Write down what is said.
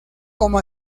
como